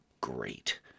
great